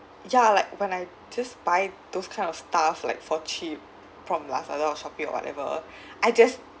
ya like when I just buy those kind of stuff like for cheap from Lazada or Shopee or whatever I just